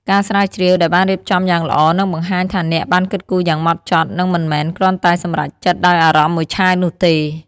ការស្រាវជ្រាវដែលបានរៀបចំយ៉ាងល្អ នឹងបង្ហាញថាអ្នកបានគិតគូរយ៉ាងម៉ត់ចត់ និងមិនមែនគ្រាន់តែសម្រេចចិត្តដោយអារម្មណ៍មួយឆាវនោះទេ។